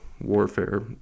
warfare